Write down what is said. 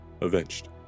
avenged